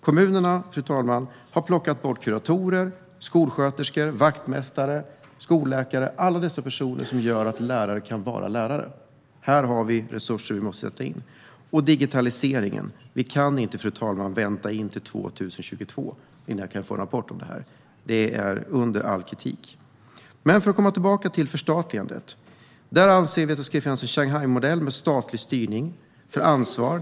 Kommunerna har plockat bort kuratorer, skolsköterskor, vaktmästare, skolläkare - alla personer som gör att lärare kan vara lärare. Här måste vi sätta in resurser. När det gäller digitaliseringen kan vi inte vänta till 2022 innan vi får en rapport om den. Det är under all kritik. För att komma tillbaka till förstatligandet anser vi att det ska finnas en Shanghaimodell med statlig styrning och ansvar.